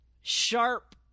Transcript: sharp